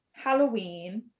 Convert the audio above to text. Halloween